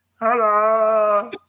Hello